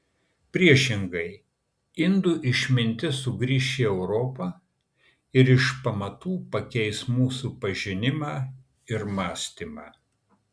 priešingai indų išmintis sugrįš į europą ir iš pamatų pakeis mūsų pažinimą ir mąstymą